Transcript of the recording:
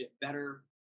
better